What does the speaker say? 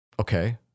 Okay